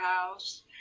house